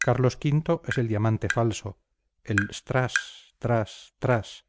carlos v es el diamante falso el strass tras tras